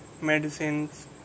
medicines